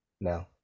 No